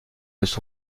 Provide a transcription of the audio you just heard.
elles